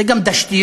זה גם תשתיות,